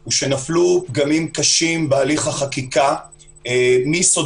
הוא שנפלו פגמים קשים בהליך החקיקה מיסודו.